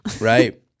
Right